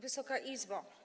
Wysoka Izbo!